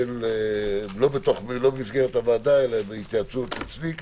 לא במסגרת הוועדה אלא בהתייעצות אצלי,